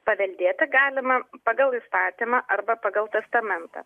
paveldėti galima pagal įstatymą arba pagal testamentą